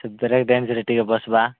ସେ ବ୍ରେକ୍ ଡ୍ୟାନ୍ସରେ ଟିକେ ବସିବା